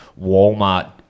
walmart